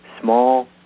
small